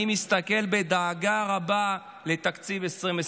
אני מסתכל בדאגה רבה על תקציב 2024,